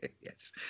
yes